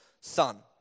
son